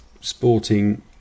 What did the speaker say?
sporting